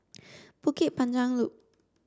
Bukit Panjang Loop